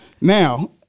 Now